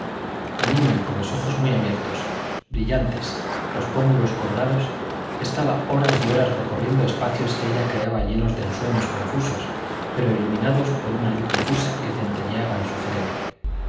la niña con los ojos muy abiertos brillantes los pómulos colorados estaba horas y horas recorriendo espacios que ella creaba llenos de ensueños confusos pero iluminados por una luz difusa que centelleaba en su cerebro